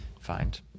Find